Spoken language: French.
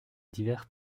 divers